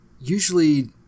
Usually